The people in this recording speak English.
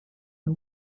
and